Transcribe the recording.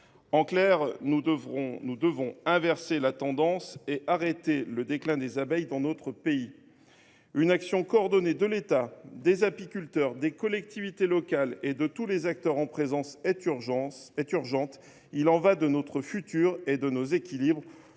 En conclusion, nous devons inverser la tendance et arrêter le déclin des abeilles dans notre pays, mes chers collègues. Une action coordonnée de l’État, des apiculteurs, des collectivités locales et de tous les acteurs en présence est urgente. Il y va de notre avenir et de nos équilibres.